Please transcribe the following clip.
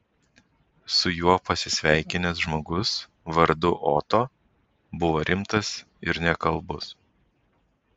su juo pasisveikinęs žmogus vardu oto buvo rimtas ir nekalbus